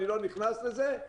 אני לא נכנס לזה,